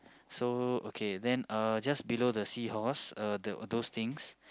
so okay then uh just below the seahorse uh the the those things